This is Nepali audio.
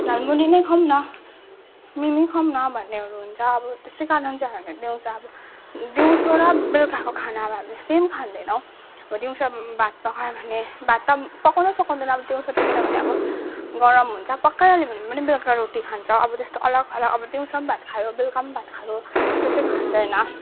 झालमुरी नै खाउँ न मिमी खाउँ न भन्नेहरू हुन्छ अब त्यस्तै कारण चाहिँ अब हामी दिउँसो अब दिउँसो र बेलुकाको खाना अब हामीले सेम खाँदैनौ अब दिउँसो अब भात पकायो भने भात त अब पकाउँदै पकाउँदैन अब दिउँसो त किनभने अब गरम हुन्छ पकाइहाल्यो भने पनि बेलका रोटी खान्छ अब त्यस्तो अलक अलक अब दिउँसो पनि भात खायो बेलका पनि भात खायो तेस्तो चैँ खाँदैन